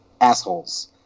assholes